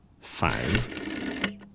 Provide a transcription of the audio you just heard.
five